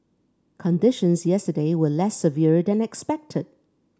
conditions yesterday were less severe than expected